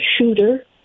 shooter